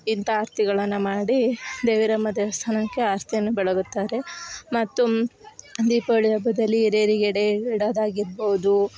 ಇಂಥ ಆರತಿಗಳನ್ನ ಮಾಡಿ ದೇವಿರಮ್ಮ ದೇವಸ್ಥಾನಕ್ಕೆ ಆರತಿಯನ್ನ ಬೆಳಗುತ್ತಾರೆ ಮತ್ತು ದೀಪಾವಳಿ ಹಬ್ಬದಲ್ಲಿ ಹಿರಿಯರಿಗೆ ಎಡೆ ಇಡೋದಾಗಿರ್ಬೋದು